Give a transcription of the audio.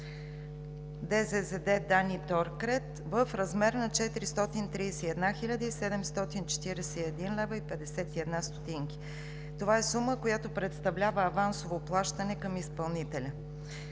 ДЗЗД „Дани Торкрет“ в размер на 431 хил. 741 лв. 51 ст. Това е сума, която представлява авансово плащане към изпълнителя.